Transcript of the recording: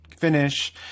finish